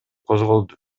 козголду